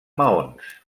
maons